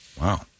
Wow